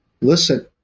listen